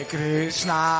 Krishna